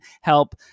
help